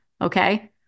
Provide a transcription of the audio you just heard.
okay